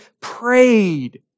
prayed